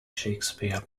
shakespeare